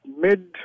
Mid